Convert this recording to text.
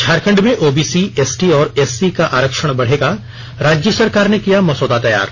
झारखंड में OBC ST और SC का आरक्षण बढ़ेगा राज्य सरकार ने किया मसौदा तैयार